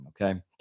Okay